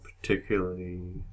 particularly